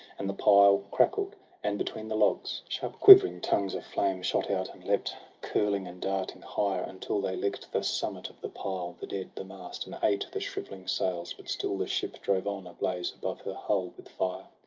and the pile crackled and between the logs sharp quivering tongues of flame shot out, and leapt, curling and darting, higher, until they lick'd the summit of the pile, the dead, the mast. and ate the shrivelling sails but still the ship drove on, ablaze above her hull with fire.